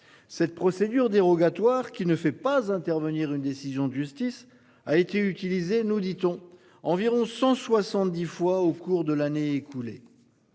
Cette procédure dérogatoire qui ne fait pas intervenir une décision de justice a été utilisé, nous dit-on, environ 170 fois au cours de l'année écoulée.